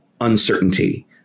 uncertainty